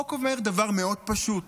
החוק אומר דבר פשוט: